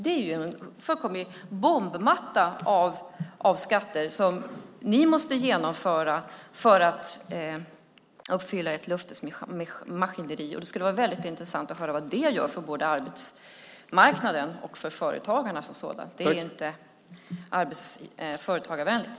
Det är en fullkomlig bombmatta av skatter som ni måste genomföra för att uppfylla ert löftesmaskineri. Det skulle vara väldigt intressant att höra vad det gör både för arbetsmarknaden och för företagarna. Det är inte företagarvänligt.